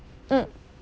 mm